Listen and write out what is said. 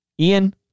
Ian